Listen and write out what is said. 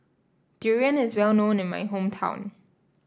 Durian is well known in my hometown